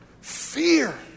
fear